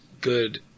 good